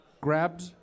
grabbed